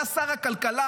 היה שר הכלכלה,